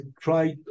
try